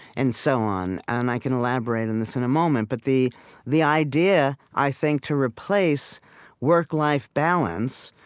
and so on. and i can elaborate on this in a moment, but the the idea, i think, to replace work life balance,